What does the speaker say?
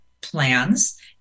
plans